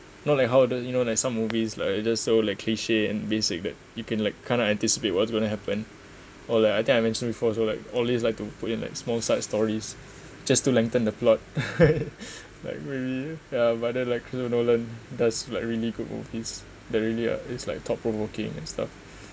not like how the you know like some movies like it's just so like cliche and basic that you can like kind of anticipate what's going to happen or like I think I mentioned before also like always like to put in like small side stories just to lengthen the plot like really yeah but then like christopher nolan does like really good movies that really ah it's like thought provoking and stuff